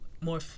more